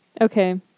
Okay